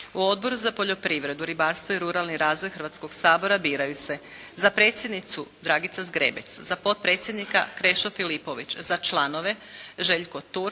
U Odbor za poljoprivredu, ribarstvo i ruralni razvoj Hrvatskog sabora biraju se: za predsjednicu Dragica Zgrebec, za potpredsjednika Krešo Filipović, za članove Željko Turk,